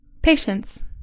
patience